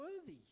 worthy